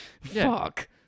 Fuck